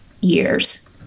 years